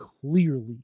clearly